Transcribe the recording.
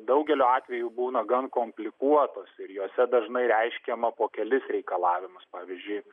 daugeliu atvejų būna gan komplikuotos ir jose dažnai reiškiama po kelis reikalavimus pavyzdžiui